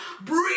breathe